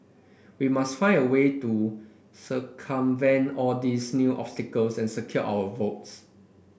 we must find a way to circumvent all these new obstacles and secure our votes